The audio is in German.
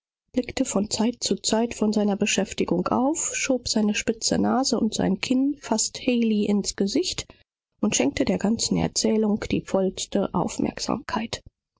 blickte von zeit zu zeit von seiner beschäftigung auf und indem er sodann seine lange scharfe nase und kinn bis beinahe in haley's gesicht steckte schien er der ganzen erzählung die gespannteste aufmerksamkeit